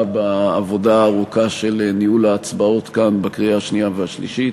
בעבודה הארוכה של ניהול ההצבעות בקריאה השנייה והשלישית.